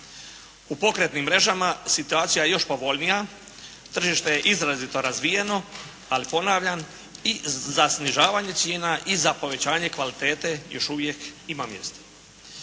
U pokretnim mrežama situacija je još povoljnija. tržište je izrazito razvijeno, ali ponavljam i za snižavanje cijena i za povećanje kvalitete još uvijek ima mjesta.